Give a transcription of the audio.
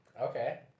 Okay